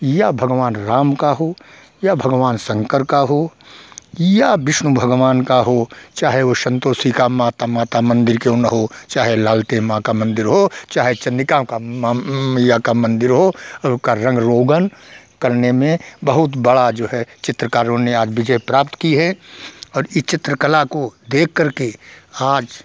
या भगवान राम का हो या भगवान शंकर का हो या विष्णु भगवान का हो चाहे वो संतोषी का माता माता मंदिर क्यों ना हो चाहे लालते माँ का मन्दिर हो चाहे चन्द्रिका का मइया का मन्दिर हो उनका रंग रोगन करने में बहुत बड़ा जो है चित्रकारों ने आज विजय प्राप्त की है और ई चित्रकला को देखकर के आज